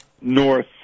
North